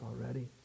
already